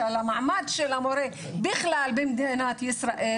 שעל המעמד של המורה בכלל במדינת ישראל,